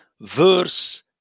verse